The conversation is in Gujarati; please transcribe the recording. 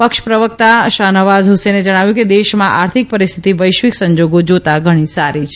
પક્ષ પ્રવકતા શાહનવાજ હુસેને જણાવ્યું કે દેશમાં આર્થિક પરિસ્થિતિ વૈશ્વિક સંજાગો જાતાં ઘણી સારી છે